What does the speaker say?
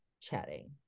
chatting